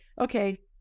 okay